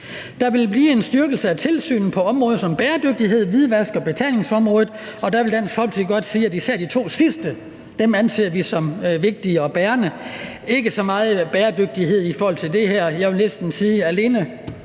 Der vil blive en styrkelse af tilsynet på bæredygtigheds-, hvidvask- og betalingsområdet, og der vil Dansk Folkeparti godt sige, at især de to sidste områder anser vi for at være vigtige og bærende. Det gælder ikke så meget bæredygtighed i forhold til det her. Jeg vil næsten sige, at alene